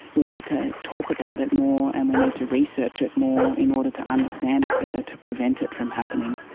we need to talk about it more and we need to research it more in order to understand it better, to prevent it from happening.